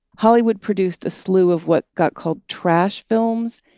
hollywood produced a slew of what got called trash films.